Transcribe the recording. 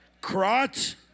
Crotch